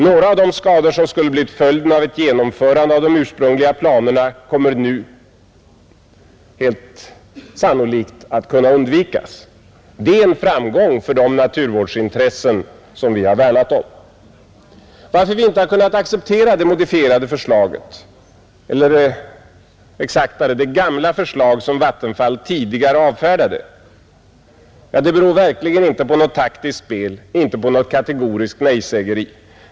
Några av de skador som skulle ha blivit följden vid ett genomförande av de ursprungliga planerna kommer nu sannolikt att kunna undvikas. Det är en framgång för de naturvårdsintressen som vi har värnat om. Att vi inte har kunnat acceptera det modifierade förslaget eller exaktare det gamla förslag som Vattenfall tidigare avfärdade, det beror verkligen inte på något taktiskt spel, inte på något kategoriskt nejsägeri.